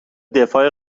دفاع